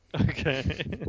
Okay